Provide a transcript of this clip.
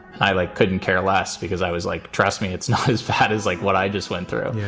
i, like, couldn't care less because i was like. trust me, it's not as bad as like what i just went through,